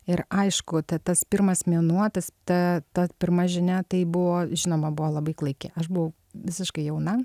ir aišku ta tas pirmas mėnuo tas ta ta pirma žinia tai buvo žinoma buvo labai klaiki aš buvau visiškai jauna